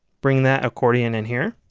bring that accordion in here.